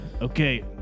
Okay